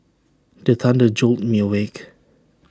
the thunder jolt me awake